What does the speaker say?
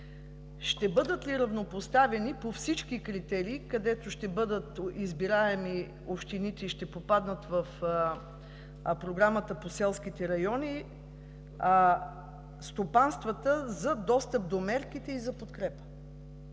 ще бъдат ли равнопоставени по всички критерии, където ще бъдат избираеми общините и ще попаднат в Програмата за селските райони стопанствата за достъп до мерките и за подкрепа?